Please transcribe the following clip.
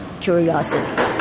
curiosity